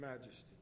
majesty